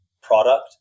product